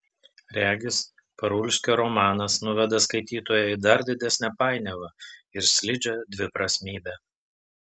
regis parulskio romanas nuveda skaitytoją į dar didesnę painiavą ir slidžią dviprasmybę